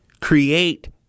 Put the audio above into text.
create